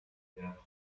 ihr